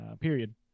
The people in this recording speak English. period